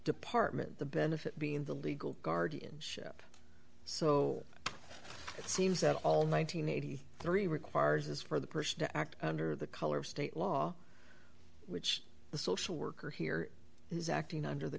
department the benefit being the legal guardianship so it seems that all nine hundred and eighty three requires is for the person to act under the color of state law which the social worker here is acting under the